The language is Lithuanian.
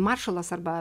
maršalas arba